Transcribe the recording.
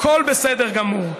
הכול בסדר גמור.